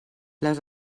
les